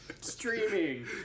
streaming